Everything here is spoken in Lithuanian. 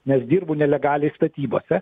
nes dirbu nelegaliai statybose